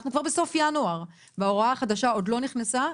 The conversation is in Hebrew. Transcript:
אנחנו כבר בסוף ינואר וההוראה החדשה עוד לא נכנסה.